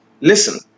listen